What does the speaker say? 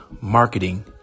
marketing